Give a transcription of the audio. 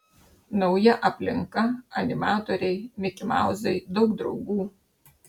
nauja aplinka animatoriai mikimauzai daug draugų